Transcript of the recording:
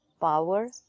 power